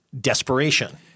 desperation